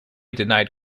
denied